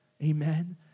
Amen